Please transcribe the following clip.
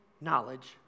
knowledge